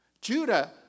Judah